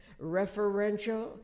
referential